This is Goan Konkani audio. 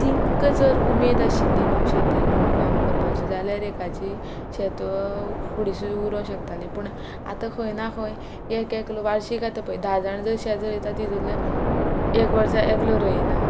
तिंकां जर उमेद आशिल्ली न्हू शेतान येवन काम करपाची जाल्यार एकाची शेत फुडें सुद्दां उरो शकताली पूण आतां खंय ना खंय एक एकलो वार्षीक आतां पय धा जाण जर शेत रोयता तितूंतल्या एक वर्सा एकलो रोयना